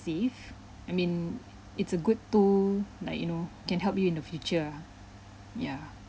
save I mean it's a good to like you know can help you in the future ah ya